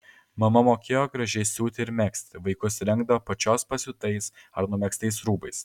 mama mokėjo gražiai siūti ir megzti vaikus rengdavo pačios pasiūtais ar numegztais rūbais